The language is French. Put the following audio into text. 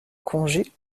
congé